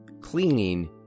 cleaning